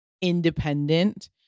independent